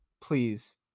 Please